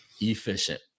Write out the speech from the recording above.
efficient